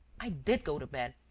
i did go to bed.